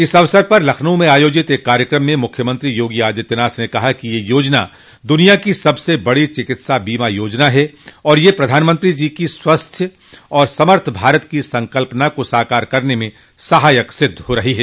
इस अवसर पर लखनऊ में आयोजित एक कार्यक्रम में मुख्यमंत्री योगी आदित्यनाथ ने कहा कि यह योजना दुनिया की सबसे बड़ी चिकित्सा बीमा योजना है और यह प्रधानमंत्री जी की स्वस्थ्य और समर्थ भारत की संकल्पना को साकार करने में सहायक सिद्ध हो रही है